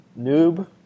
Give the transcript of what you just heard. Noob